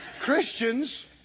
Christians